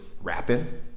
rapping